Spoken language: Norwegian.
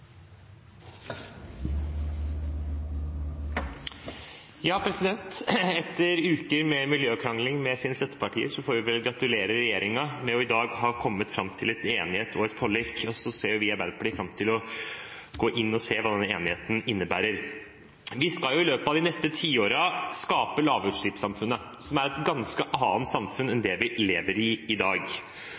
Etter uker med miljøkrangling med sine støttepartier får vi vel gratulere regjeringen med i dag å ha kommet fram til en enighet og et forlik, og så ser vi i Arbeiderpartiet fram til å gå inn og se hva denne enigheten innebærer. Vi skal i løpet av de neste tiårene skape lavutslippssamfunnet, som er et ganske annet samfunn enn det vi lever i i dag.